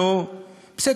בסדר,